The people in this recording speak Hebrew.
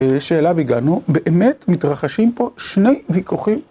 שאלה והגענו, באמת מתרחשים פה שני ויכוחים.